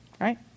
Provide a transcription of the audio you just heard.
right